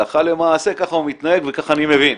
אבל הלכה למעשה ככה הוא מתנהג וככה אני מבין.